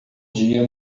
dia